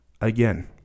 Again